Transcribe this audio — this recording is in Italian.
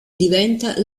diventa